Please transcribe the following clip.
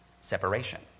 separation